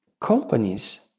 Companies